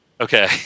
Okay